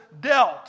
dealt